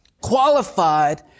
qualified